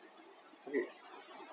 okay